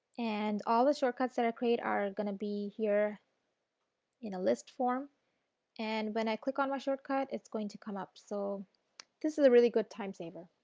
and all the short cuts that are created are going to be here in a list form and when i click on my short cut it is going to come up so this is a really good time saver.